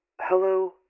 hello